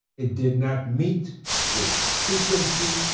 it did not meet with frequency.